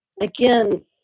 Again